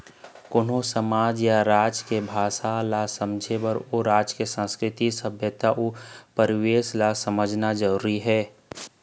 कोनो समाज या राज के भासा ल समझे बर ओ राज के संस्कृति, सभ्यता अउ परिवेस ल समझना जरुरी हे